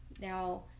now